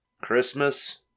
Christmas